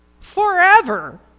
forever